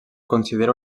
considera